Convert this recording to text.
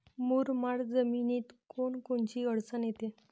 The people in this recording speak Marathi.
मुरमाड जमीनीत कोनकोनची अडचन येते?